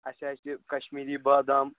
اسہِ حظ یہِ کشمیٖری بادام